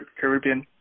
caribbean